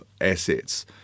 assets